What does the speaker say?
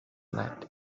night